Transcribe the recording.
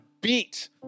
beat